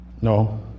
No